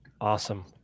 Awesome